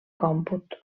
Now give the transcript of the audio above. còmput